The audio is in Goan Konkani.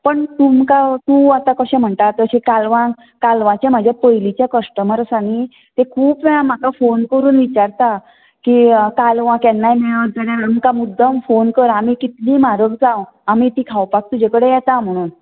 पूण तुमका तूंं आतां कशेंं म्हणटा तशींं कालवांं कालवांचे म्हजे पयलीचें कस्टमर आसा न्हय ते खूब जाण म्हाका फॉन करून विचारता की कालवांं केन्नाय मेळत जाल्यार आमका मुद्दम फॉन कर कितलींय म्हारग जांव आमी ती खावपाक तुजेकडेन येता म्हणू